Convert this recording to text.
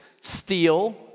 steel